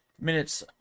minutes